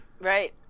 Right